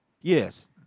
yes